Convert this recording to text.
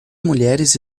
mulheres